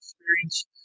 experience